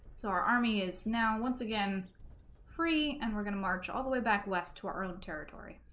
so our army is now once again free and we're gonna march all the way back west to our own territory